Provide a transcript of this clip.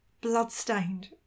Bloodstained